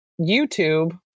YouTube